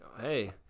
Hey